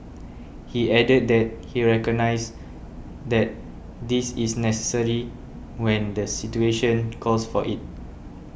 he added that he recognises that this is necessary when the situation calls for it